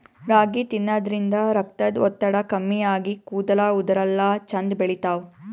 ರಾಗಿ ತಿನ್ನದ್ರಿನ್ದ ರಕ್ತದ್ ಒತ್ತಡ ಕಮ್ಮಿ ಆಗಿ ಕೂದಲ ಉದರಲ್ಲಾ ಛಂದ್ ಬೆಳಿತಾವ್